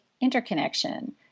interconnection